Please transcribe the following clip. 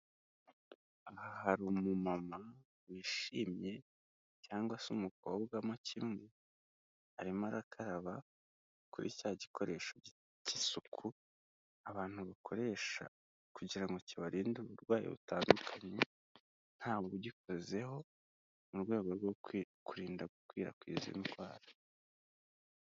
Aha hari umumama wishimye cyangwa se umukobwa mo kimwe arimo arakaraba kuri cya gikoresho cy'isuku, abantu bakoresha kugira ngo kibarinde uburwayi butandukanye ntawe ugikozeho mu rwego rwo kwirinda gukwirakwiza indwara.